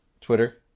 Twitter